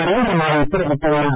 நரேந்திர மோடி தெரிவித்துள்ளார்